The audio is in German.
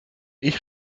ich